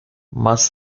más